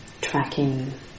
Tracking